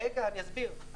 רגע, אסביר.